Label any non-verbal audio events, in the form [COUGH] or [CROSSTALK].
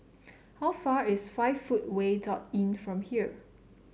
how far away is Five Footway [UNINTELLIGIBLE] Inn from here